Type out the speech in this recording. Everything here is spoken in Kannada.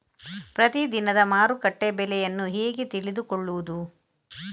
ಪ್ರತಿದಿನದ ಮಾರುಕಟ್ಟೆ ಬೆಲೆಯನ್ನು ಹೇಗೆ ತಿಳಿದುಕೊಳ್ಳುವುದು?